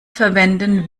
verwenden